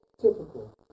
typical